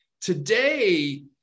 today